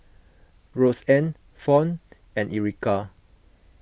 Roxann Fawn and Erica